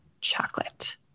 chocolate